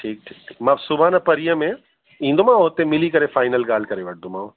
ठीकु ठीकु ठीकु मां सुभाणे परीहं में ईंदोमाव हुते मिली करे फ़ाइनल ॻाल्हि करे वठंदोमाव